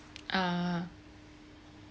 uh